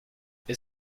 est